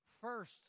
First